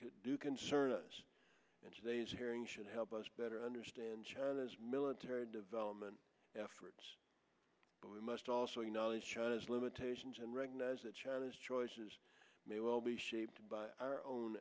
could concern us in today's hearing should help us better understand china's military development efforts but we must also a knowledge china's limitations and recognize that china's choices may well be shaped by our own